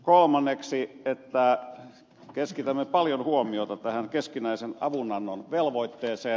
kolmanneksi että keskitämme paljon huomiota tähän keskinäisen avunannon velvoitteeseen